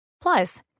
Plus